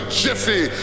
jiffy